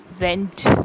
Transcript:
went